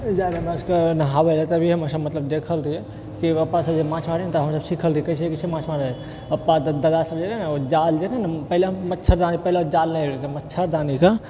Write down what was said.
जाइ रहै हमरासबके नहाबैला तभी हमसब मतलब देखल रहिऐ की पप्पा सब जे माँछ मारै ने तऽ हमसब सिखल रहिऐ कैसे कैसे माँछ मारै पप्पा दादा सब जे रहै ने जाल जे रहै ने पहिले मच्छरदानी पहिले जाल नहि रहै तऽ मच्छरदानीके